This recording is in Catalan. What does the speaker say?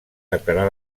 declarar